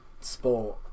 sport